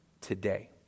today